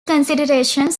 considerations